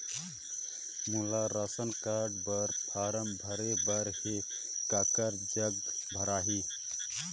मोला ration card बर form भरे बर हे काकर जग भराही?